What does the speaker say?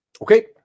Okay